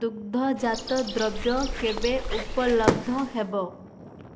ଦୁଗ୍ଧଜାତ ଦ୍ରବ୍ୟ କେବେ ଉପଲବ୍ଧ ହେବ